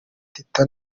teta